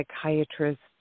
psychiatrists